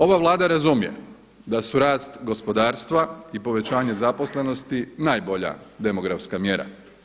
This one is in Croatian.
Ova Vlada razumije da su rast gospodarstva i povećanje zaposlenosti najbolja demografska mjera.